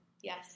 Yes